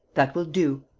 that will do.